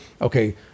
okay